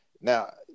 Now